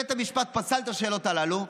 בית המשפט פסל את השאלות הללו,